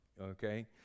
okay